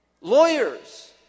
Lawyers